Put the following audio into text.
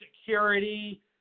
security